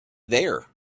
there